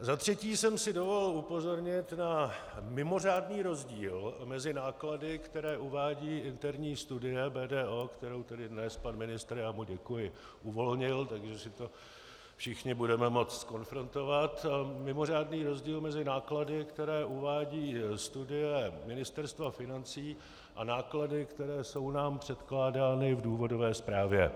Za třetí jsem si dovolil upozornit na mimořádný rozdíl mezi náklady, které uvádí interní studie BDO, kterou tedy dnes pan ministr já mu děkuji uvolnil, takže si to všichni budeme moci zkonfrontovat, mimořádný rozdíl mezi náklady, které uvádí studie Ministerstva financí, a náklady, které jsou nám předkládány v důvodové zprávě.